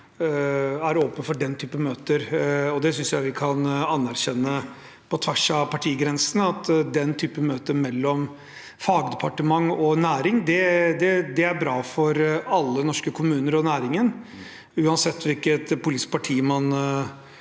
er åpen for den typen møter. Det synes jeg vi kan anerkjenne på tvers av partigrensene, at den typen møter mellom fagdepartement og næring er bra for alle norske kommuner og næringen, uansett hvilket politisk parti man